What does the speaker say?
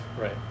right